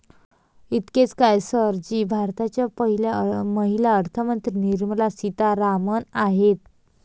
इतकेच काय, सर जी भारताच्या पहिल्या महिला अर्थमंत्री निर्मला सीतारामन आहेत